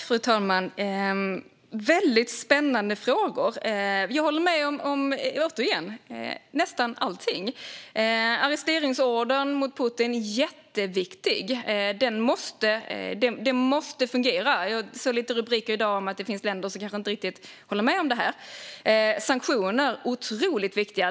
Fru talman! Väldigt spännande frågor! Återigen håller jag med om nästan allting. Arresteringsordern mot Putin är jätteviktig. Det måste fungera. Jag såg lite rubriker i dag om att det finns länder som kanske inte riktigt håller med om det här. Sanktioner är otroligt viktiga.